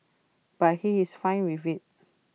but he is fine with IT